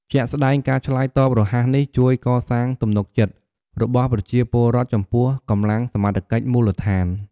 ជាក់ស្តែង ការឆ្លើយតបរហ័សនេះជួយកសាងទំនុកចិត្តរបស់ប្រជាពលរដ្ឋចំពោះកម្លាំងសមត្ថកិច្ចមូលដ្ឋាន។